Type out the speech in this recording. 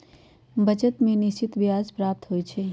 बचत में निश्चित ब्याज प्राप्त होइ छइ